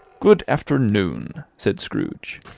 good afternoon, said scrooge.